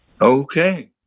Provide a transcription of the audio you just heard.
Okay